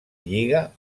lliga